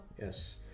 yes